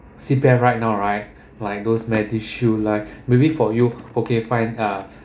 C_P_F right now right like those medishield life maybe for you okay fine uh